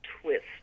twist